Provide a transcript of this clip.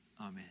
Amen